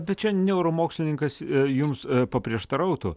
bet čia neuromokslininkas jums paprieštarautų